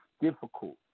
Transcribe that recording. difficult